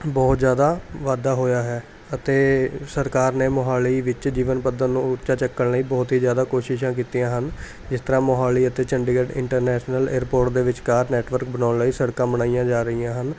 ਬਹੁਤ ਜ਼ਿਆਦਾ ਵਾਧਾ ਹੋਇਆ ਹੈ ਅਤੇ ਸਰਕਾਰ ਨੇ ਮੋਹਾਲੀ ਵਿੱਚ ਜੀਵਨ ਪੱਧਰ ਨੂੰ ਉੱਚਾ ਚੱਕਣ ਲਈ ਬਹੁਤ ਹੀ ਜ਼ਿਆਦਾ ਕੋਸ਼ਿਸ਼ਾਂ ਕੀਤੀਆਂ ਹਨ ਜਿਸ ਤਰ੍ਹਾਂ ਮੋਹਾਲੀ ਅਤੇ ਚੰਡੀਗੜ੍ਹ ਇੰਟਰਨੈਸ਼ਨਲ ਏਅਰਪੋਰਟ ਦੇ ਵਿਚਕਾਰ ਨੈੱਟਵਰਕ ਬਣਾਉਣ ਲਈ ਸੜਕਾਂ ਬਣਾਈਆਂ ਜਾ ਰਹੀਆਂ ਹਨ